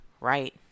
right